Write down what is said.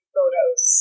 photos